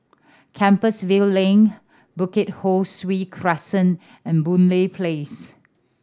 Compassvale Link Bukit Ho Swee Crescent and Boon Lay Place